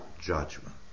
judgment